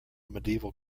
medieval